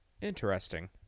Interesting